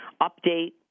update